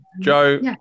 Joe